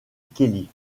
kelly